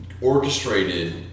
orchestrated